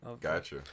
Gotcha